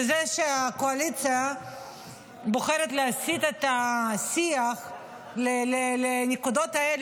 וזה שהקואליציה בוחרת להסיט את השיח לנקודות האלה,